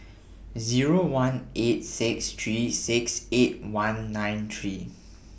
Zero one eight six three six eight one nine three